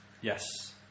Yes